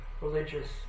religious